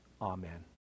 Amen